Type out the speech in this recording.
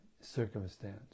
circumstance